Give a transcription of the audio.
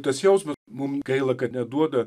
tas jausmas mums gaila kad neduoda